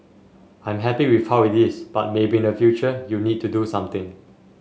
I'm happy with how it is but maybe in the future you need to do something